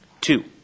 Two